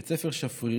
בית ספר שפרירים